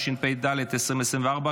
התשפ"ד 2024,